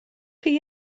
chi